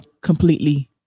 completely